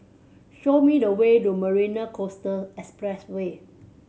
show me the way to Marina Coastal Expressway